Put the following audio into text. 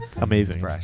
Amazing